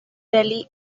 delhi